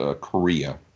Korea